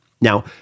Now